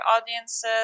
audiences